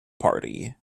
party